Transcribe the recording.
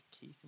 Keith